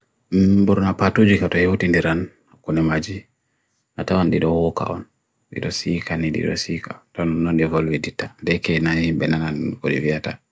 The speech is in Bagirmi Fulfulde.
Yukkii hulaandi ɗuum nguruuri ko njamuruuri, waɗani dow bannge.